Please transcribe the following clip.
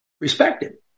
respected